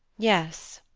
yes.